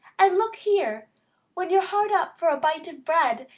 and, look here when you're hard up for a bite of bread,